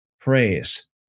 praise